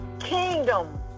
kingdom